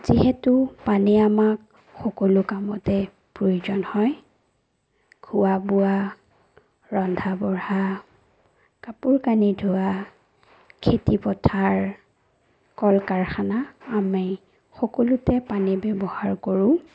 যিহেতু পানী আমাক সকলো কামতে প্ৰয়োজন হয় খোৱা বোৱা ৰন্ধা বঢ়া কাপোৰ কানি ধোৱা খেতি পথাৰ কল কাৰখানা আমি সকলোতে পানী ব্যৱহাৰ কৰোঁ